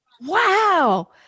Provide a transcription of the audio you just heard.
wow